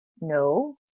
no